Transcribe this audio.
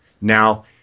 now